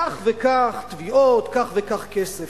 כך וכך תביעות, כך וכך כסף?